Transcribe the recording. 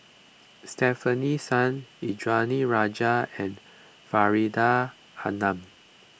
Stefanie Sun Indranee Rajah and Faridah Hanum